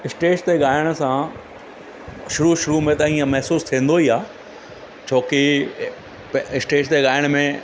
stage ते ॻाइण सां शुरू शुरूअ में त इअं महसूसु थींदो ई आहे छो की त स्टेज ते ॻाइण में